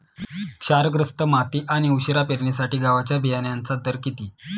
क्षारग्रस्त माती आणि उशिरा पेरणीसाठी गव्हाच्या बियाण्यांचा दर किती?